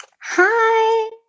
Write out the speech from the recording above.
Hi